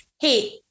hey